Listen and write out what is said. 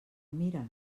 mira